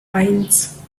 eins